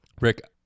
rick